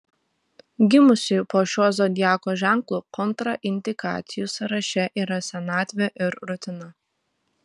gimusiųjų po šiuo zodiako ženklu kontraindikacijų sąraše yra senatvė ir rutina